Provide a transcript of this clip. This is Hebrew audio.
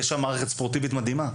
יש שם מערכת ספורטיבית מדהימה.